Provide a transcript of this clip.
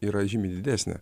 yra žymiai didesnė